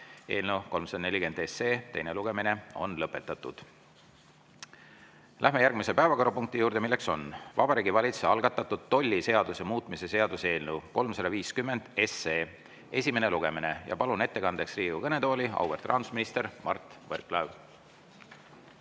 Eelnõu 340 teine lugemine on lõpetatud. Läheme järgmise päevakorrapunkti juurde. See on Vabariigi Valitsuse algatatud tolliseaduse muutmise seaduse eelnõu 350 esimene lugemine. Palun ettekandjaks Riigikogu kõnetooli, auväärt rahandusminister Mart Võrklaev!